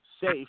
safe